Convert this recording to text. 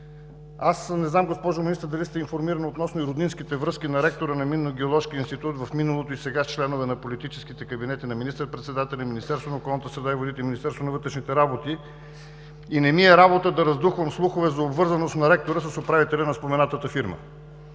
Аз не знам, госпожо Министър, дали сте информирана относно роднинските връзки на ректора на Минно-геоложкия институт в миналото и сега с членове на политическите кабинети на министър-председателя, Министерството на околната среда и водите и Министерството на вътрешните работи, а и не ми е работа да раздухвам слухове за обвързаност на ректора с управителя на спомената фирма.